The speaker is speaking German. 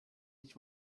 ich